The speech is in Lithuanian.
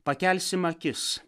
pakelsim akis